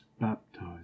baptized